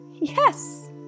yes